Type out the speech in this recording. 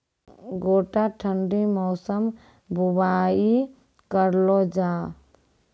गोटा ठंडी मौसम बुवाई करऽ लो जा?